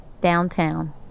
Downtown